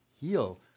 heal